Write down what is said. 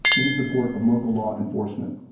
in support of local law enforcement.